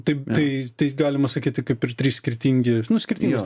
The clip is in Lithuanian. taip tai galima sakyti kaip ir trys skirtingi skirtingos